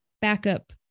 backup